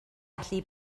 allu